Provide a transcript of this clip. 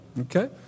Okay